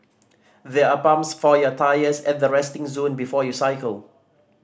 there are pumps for your tyres at the resting zone before you cycle